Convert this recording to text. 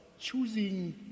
choosing